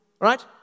Right